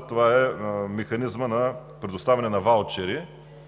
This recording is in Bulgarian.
това е механизмът за предоставяне на ваучери.